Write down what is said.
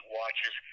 watches